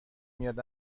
میاد